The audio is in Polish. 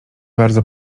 bardzo